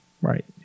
right